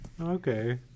Okay